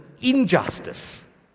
injustice